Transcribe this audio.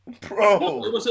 Bro